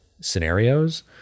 scenarios